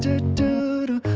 doo-doo,